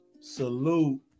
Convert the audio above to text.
salute